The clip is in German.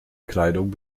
kleidung